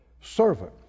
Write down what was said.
servant